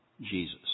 Jesus